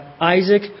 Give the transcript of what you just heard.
Isaac